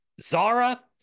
Zara